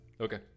Okay